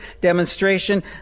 demonstration